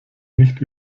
nicht